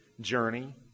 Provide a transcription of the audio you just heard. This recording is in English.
journey